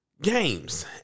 games